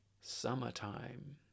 Summertime